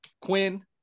Quinn